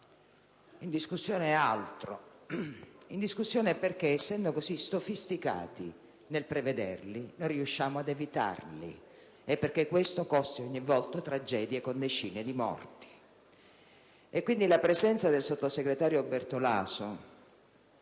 In discussione è altro: discutiamo del perché, essendo tale sistema così sofisticato nel prevederli, non riusciamo ad evitarli e perché ciò costi ogni volta tragedie con decine di morti. Quindi, la presenza del sottosegretario Bertolaso